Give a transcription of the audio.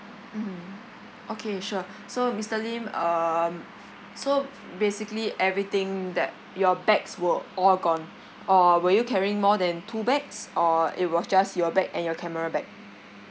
mmhmm okay sure so mister lim um so basically everything that your bags were all gone or were you carrying more than two bags or it was just your bag and your camera bag